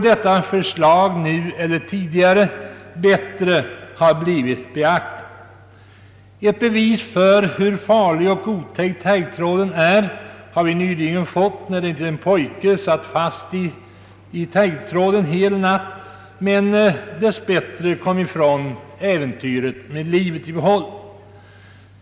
Dessa synpunkter borde tidigare eller nu ha blivit bättre beaktade. Ett bevis för hur farlig och otäck taggtråden är har vi nyligen fått när en liten pojke satt fast i taggtråd en hel natt men dess bättre kom ifrån äventyret med livet i behåll.